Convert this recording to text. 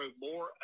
more